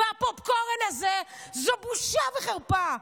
והפופקורן הזה זה בושה וחרפה.